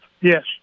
Yes